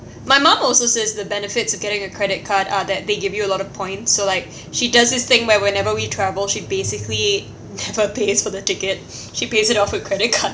my mom also says the benefits of getting a credit card are that they give you a lot of points so like she does this thing where whenever we travel she basically never pays for the ticket she pays it off with credit card